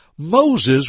Moses